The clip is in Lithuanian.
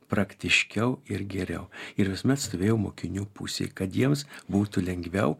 praktiškiau ir geriau ir visuomet stovėjau mokinių pusėj kad jiems būtų lengviau